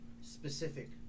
specific